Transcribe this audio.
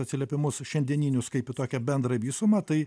atsiliepimus šiandieninius kaip į tokią bendrą visumą tai